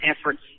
efforts